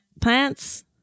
plants